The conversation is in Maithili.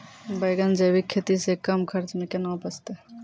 बैंगन जैविक खेती से कम खर्च मे कैना उपजते?